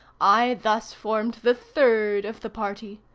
i thus formed the third of the party.